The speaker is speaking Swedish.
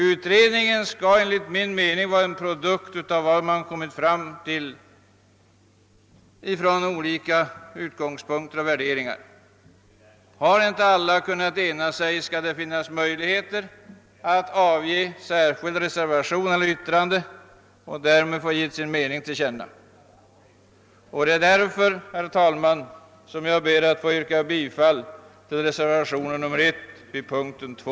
Utredningsresultatet skall enligt min mening vara en produkt av vad man kommit fram till utifrån olika utgångspunkter och värderingar. Har inte alla kunnat ena sig skall det finnas möjligheter att avlämna reservation eller särskilt yttrande och därmed ge sin mening till känna. Det är därför, herr talman, som jag ber att få yrka bifall till reservationen 1 a vid punkten 2.